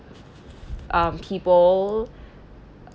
um people